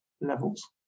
levels